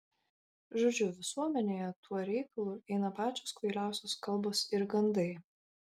žodžiu visuomenėje tuo reikalu eina pačios kvailiausios kalbos ir gandai